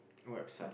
what website